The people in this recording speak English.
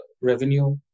revenue